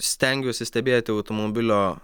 stengiuosi stebėti automobilio